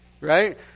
Right